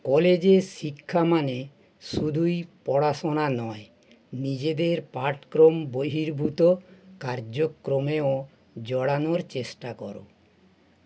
কলেজে শিক্ষা মানে শুধুই পড়াশোনা নয় নিজেদের পাঠক্রম বহির্ভূত কার্যক্রমেও জড়ানোর চেষ্টা করো